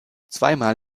zweimal